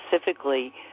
specifically